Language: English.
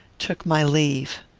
took my leave.